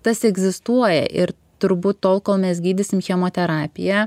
tas egzistuoja ir turbūt tol kol mes gydysim chemoterapija